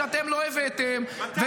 שאתם לא הבאתם -- מתי היית בסופר לאחרונה?